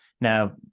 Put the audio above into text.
Now